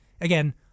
Again